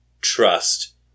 trust